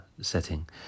setting